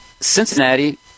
Cincinnati